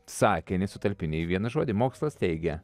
sakinį sutalpinti į vieną žodį mokslas teigia